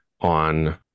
on